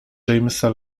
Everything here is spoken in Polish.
jamesa